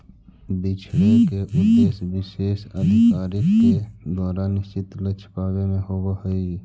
बिछड़े के उद्देश्य विशेष अधिकारी के द्वारा निश्चित लक्ष्य के पावे में होवऽ हई